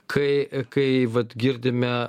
kai kai vat girdime